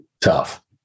tough